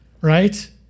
right